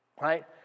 Right